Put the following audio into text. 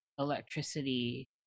electricity